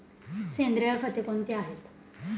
सेंद्रिय खते कोणती आहेत?